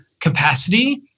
capacity